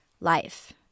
life